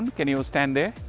can you stand there?